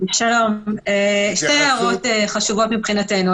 שתי הערות חשובות מבחינתנו.